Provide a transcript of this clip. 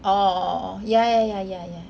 orh ya ya ya ya ya